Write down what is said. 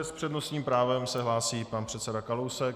S přednostním právem se hlásí pan předseda Kalousek.